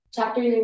Chapter